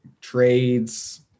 trades